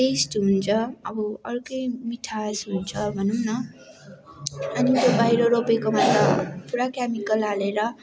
test हुन्छ अब अर्कै मिठास हुन्छ भनौँ न अनि त्यो बाहिर रोपेकोमा त पुरा केमिकल हालेर